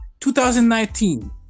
2019